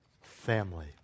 family